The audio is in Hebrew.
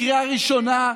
לקריאה ראשונה,